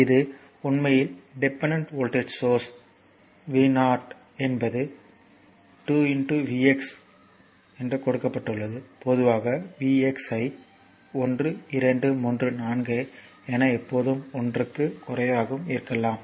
இது உண்மையில் dependent voltage source V 0 என்பது 2 V x கொடுக்கப்பட்டுள்ளது பொதுவாக Vx ஐ 1 2 3 4 என எப்போதும் 1 க்கும் குறைவாகவும் இருக்கலாம்